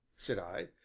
said i,